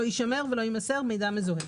לא יישמר ולא יימסר מידע מזוהה.